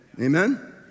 Amen